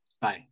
Bye